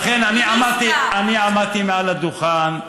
אני עמדתי מעל הדוכן,